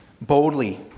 boldly